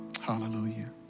Hallelujah